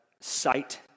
sight